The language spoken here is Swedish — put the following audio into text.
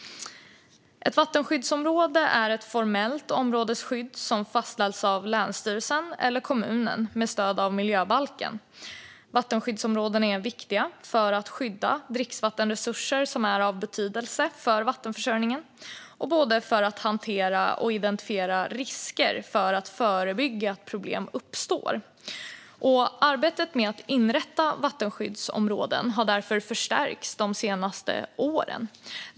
Ett vattenskyddsområde är ett formellt områdesskydd som fastställs av länsstyrelsen eller kommunen med stöd av miljöbalken. Vattenskyddsområden är viktiga för att skydda dricksvattenresurser som är av betydelse för vattenförsörjningen, både för att hantera identifierade risker och för att kunna förebygga att problem uppstår. Arbetet med att inrätta vattenskyddsområden har därför förstärkts de senaste åren.